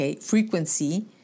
frequency